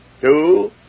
Two